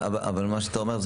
אבל מה שאתה אומר,